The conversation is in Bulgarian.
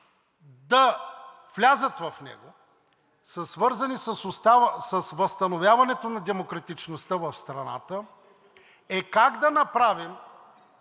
да влязат в него, са свързани с възстановяването на демократичността в страната, са: как да направим